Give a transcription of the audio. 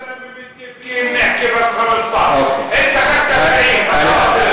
(אומר דברים בשפה הערבית) (אומר דברים בשפה